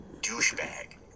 douchebag